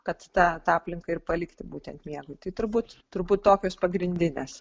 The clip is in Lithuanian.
kad ta tą aplinką ir palikti būtent miegui tai turbūt turbūt tokios pagrindinės